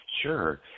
Sure